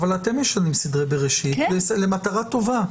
אבל אתם משנים סדרי בראשית למטרה טובה.